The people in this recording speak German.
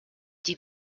die